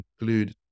include